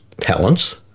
talents